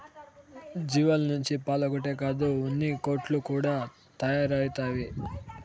జీవాల నుంచి పాలొక్కటే కాదు ఉన్నికోట్లు కూడా తయారైతవి